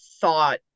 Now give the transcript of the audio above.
thought